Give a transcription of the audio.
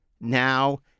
Now